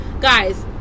guys